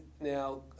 now